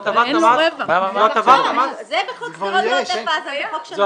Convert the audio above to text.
זה בחוק לעוטף עזה.